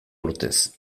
urtez